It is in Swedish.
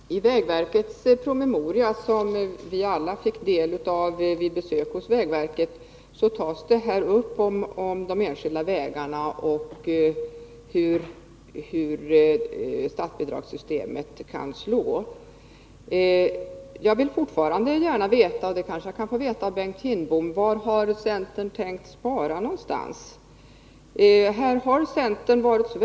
Fru talman! I vägverkets promemoria, som vi alla fick del av vid besök hos vägverket, tar man upp frågan om de enskilda vägarna och visar hur statsbidragssystemet kan slå.” Jag vill fortfarande gärna veta — och det kanske jag kan få veta av Bengt Kindbom — var centern har tänkt spara någonstans. Här har centern varit så .